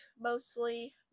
mostly